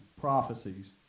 Prophecies